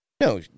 No